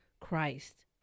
Christ